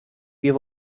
wir